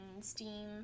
Steam